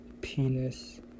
Penis